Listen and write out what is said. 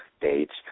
dates